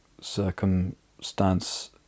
circumstance